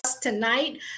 tonight